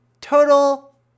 total